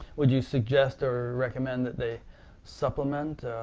would you suggest or recommend that they supplement